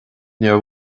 níor